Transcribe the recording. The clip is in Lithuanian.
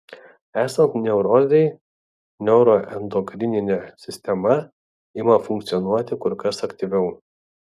esant neurozei neuroendokrininė sistema ima funkcionuoti kur kas aktyviau